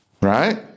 Right